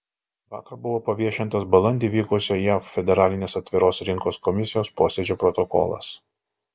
vakar buvo paviešintas balandį vykusio jav federalinės atviros rinkos komisijos posėdžio protokolas